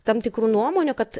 tam tikrų nuomonių kad